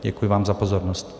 Děkuji vám za pozornost.